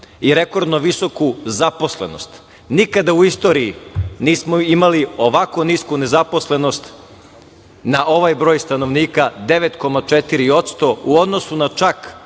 i rekordno visoku zaposlenost. Nikada u istoriji nismo imali ovako nisku nezaposlenost na ovaj broj stanovnika, 9,4% u odnosu na čak,